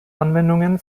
anwendungen